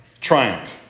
triumph